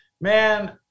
Man